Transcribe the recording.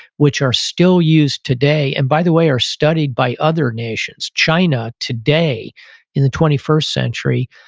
which are still used today, and by the way, are studied by other nations. china, today in the twenty first century,